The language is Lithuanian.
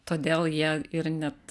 todėl jie ir net